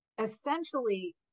essentially